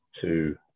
two